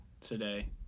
today